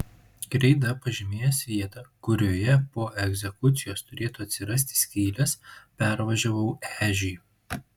kreida pažymėjęs vietą kurioje po egzekucijos turėtų atsirasti skylės pervažiavau ežį